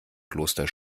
kloster